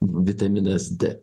vitaminas d